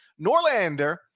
Norlander